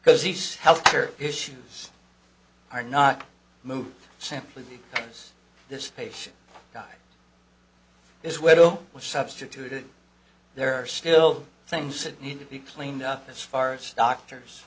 because these health care issues are not moved simply because this patient god is widow was substituted there are still things that need to be cleaned up as far as doctors